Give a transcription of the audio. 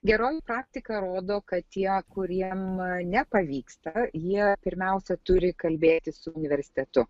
geroji praktika rodo kad tie kuriem nepavyksta jie pirmiausia turi kalbėti su universitetu